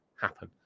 happen